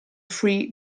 free